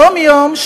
יום-יום,